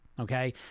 Okay